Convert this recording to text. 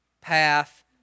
path